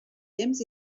temps